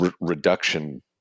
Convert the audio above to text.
reduction